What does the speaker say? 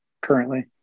currently